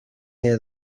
hear